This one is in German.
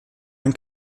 ein